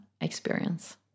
experience